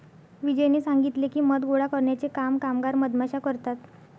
विजयने सांगितले की, मध गोळा करण्याचे काम कामगार मधमाश्या करतात